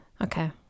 Okay